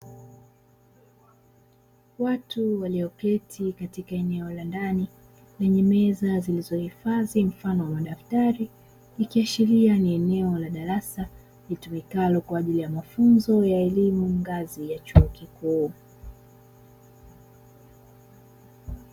Watu walioketi katika eneo la ndani lenye meza zilizohifadhi mfano wa madaftari, ikiashiria ni eneo la darasa litumikalo kwa ajili mafunzo ya elimu ngazi ya chuo kikuu.